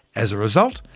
as a result,